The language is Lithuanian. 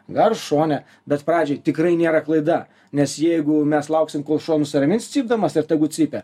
gal šone bet pradžiai tikrai nėra klaida nes jeigu mes lauksim kol šuo nusiramins cypdamas ir tegu cypia